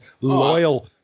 loyal